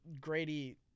Grady